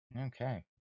Okay